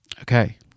Okay